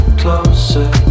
closer